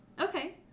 Okay